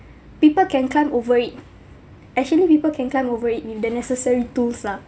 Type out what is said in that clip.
people can climb over it actually people can climb over it with the necessary tools lah